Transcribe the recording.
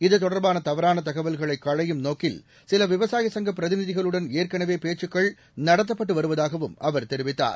இதுதொடர்பான தவறான தகவல்களை களையும் நோக்கில் சில விவசாயச் சங்க பிரதிநிதிகளுடன் ஏற்கனவே பேச்சுக்கள் நடத்தப்பட்டு வருவதாகவும் அவர் தெரிவித்தார்